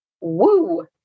woo